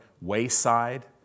Wayside